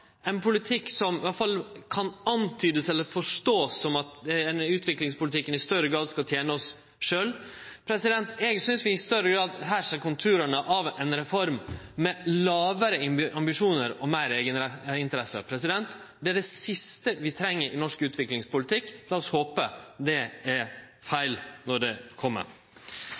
ein politikk som iallfall kan verte forstått som at utviklingspolitikken i større grad skal tene oss sjølve. Eg synest vi i større grad her ser konturane av ei reform med lågare ambisjonar og meir eigeninteresse. Det er det siste vi treng i norsk utviklingspolitikk. Lat oss håpe at det er feil når det